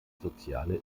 soziale